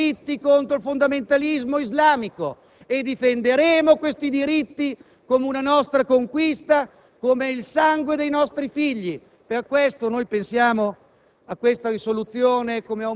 Difenderemo questi diritti contro il fondamentalismo islamico e li difenderemo come una nostra conquista, come il sangue dei nostri figli. Per questo riteniamo